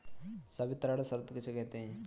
संवितरण शर्त किसे कहते हैं?